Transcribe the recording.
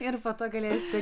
ir po to galėsite